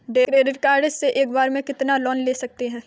Credit card से एक बार में कितना लोन ले सकते हैं?